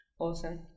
Awesome